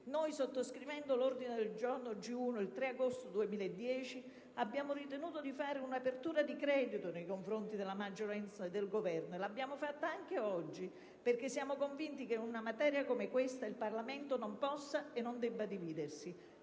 Sottoscrivendo l'ordine del giorno G1 il 3 agosto 2010, abbiamo ritenuto di fare un'apertura di credito nei confronti della maggioranza e del Governo, e lo abbiamo fatto anche oggi, perché siamo convinti che su una materia come questa il Parlamento non possa e non debba dividersi.